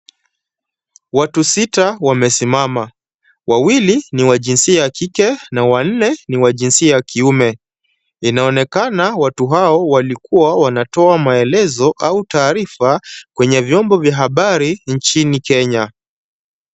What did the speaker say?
Watu sita wamesimama, wawili ni wa jinsia ya kike na wanne ni wa jinsia ya kiume, inaonekana watu hao walikuwa wanatoa maelezo au taarifa kwenye viombo vya habari nchini Kenya.